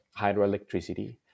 hydroelectricity